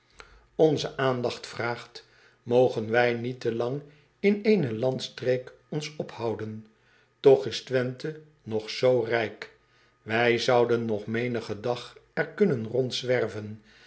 eel dacht vraagt mogen wij niet te lang in ééne landstreek ons ophouden och is wenthe nog zoo rijk ij zouden nog menigen dag er kunnen rondzwerven